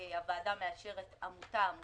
הוועדה מאשרת עמותה, עמותה,